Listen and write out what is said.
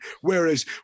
Whereas